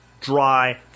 dry